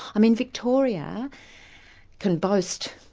i mean victoria can boast,